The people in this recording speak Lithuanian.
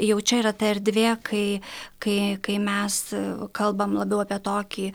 jau čia yra ta erdvė kai kai kai mes kalbam labiau apie tokį